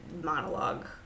monologue